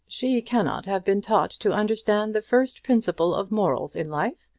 she cannot have been taught to understand the first principle of morals in life!